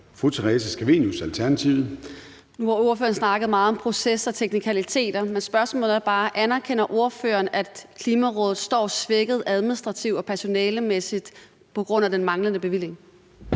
Theresa Scavenius (ALT): Nu har ordføreren snakket meget om proces og teknikaliteter, men spørgsmålet er bare: Anerkender ordføreren, at Klimarådet står svækket administrativt og personalemæssigt på grund af den manglende bevilling?